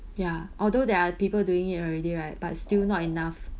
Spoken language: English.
ya although there are people doing it already right but still not enough